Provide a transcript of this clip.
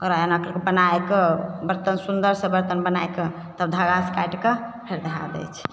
ओकरा एनाकऽ कऽ बनाइ कऽ बर्तन सुन्दरसे बर्तन बनाइ कऽ तब धागासे काटि कऽ फेर धए दै छै